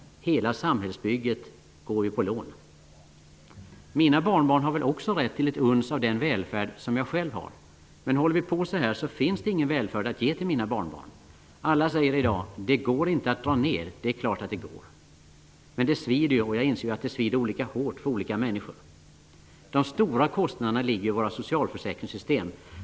Hela samhällsbygget går ju på lån. Mina barnbarn har väl också rätt till ett uns av den välfärd jag själv har? Men håller vi på så här finns det ingen välfärd att ge till mina barnbarn. Alla säger i dag att det inte går att dra ned. Men det är klart att det går. Men det svider ju, och jag inser att det svider olika hårt för olika människor. De stora kostnaderna ligger i våra socialförsäkringssystem.